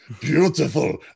Beautiful